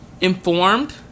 informed